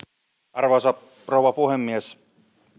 arvoisa rouva puhemies